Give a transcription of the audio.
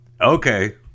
Okay